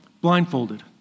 blindfolded